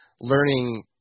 learning